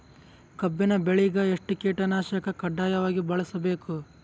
ಕಬ್ಬಿನ್ ಬೆಳಿಗ ಎಷ್ಟ ಕೀಟನಾಶಕ ಕಡ್ಡಾಯವಾಗಿ ಬಳಸಬೇಕು?